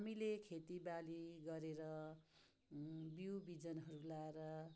हामीले खेति बाली गरेर बिउ बिजनहरू लगाएर